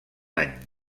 any